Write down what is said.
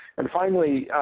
and finally,